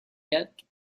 yet